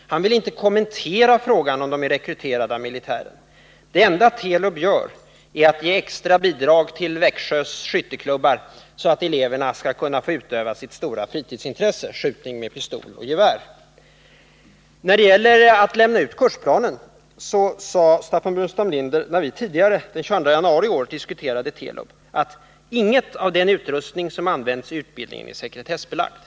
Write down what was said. Han vill inte kommentera frågan om de är rekryterade av militären. Det enda Telub gör är att ge extra bidrag till Växjös skytteklubbar, så att eleverna skall kunna få utöva sitt stora fritidsintresse — skjutning med pistol och gevär. När det gäller att lämna ut kursplanen sade Staffan Burenstam Linder när vi tidigare, den 22 januari i år, diskuterade Telub, att inget av den utrustning som används i utbildningen är sekretessbelagd.